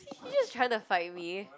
he just tryna fight me